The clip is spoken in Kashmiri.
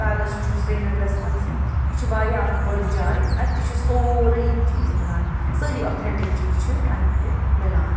پیلس چھُ سرینگرس منٛز یہِ چھُ واریاہ اکھ بٔڑ جاے اَتہِ تہِ چھُ سورٕے چیٖز مِلان سٲری آتھٮ۪نٛٹِک چیٖز چھِ اتہِ تہِ مِلان